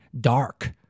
dark